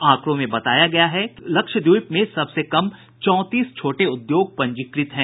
आंकड़ों में बताया गया है कि लक्षद्वीप में सबसे कम चौंतीस छोटे उद्योग पंजीकृत हैं